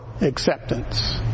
acceptance